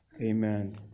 Amen